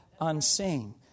unseen